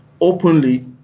openly